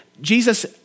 Jesus